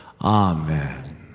Amen